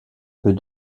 peut